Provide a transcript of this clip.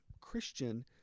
Christian